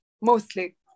mostly